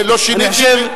ולא שיניתי,